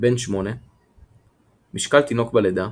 בן שמונה משקל תינוק בלידה